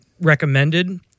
recommended